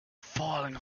falling